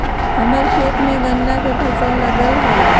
हम्मर खेत में गन्ना के फसल लगल हई